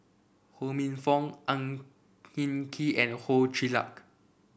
Ho Minfong Ang Hin Kee and Ho Chee Luck